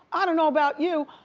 i don't know about you.